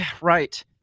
right